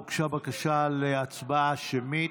הוגשה בקשה להצבעה שמית.